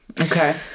Okay